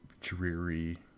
dreary